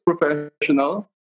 professional